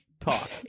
Talk